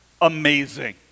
Amazing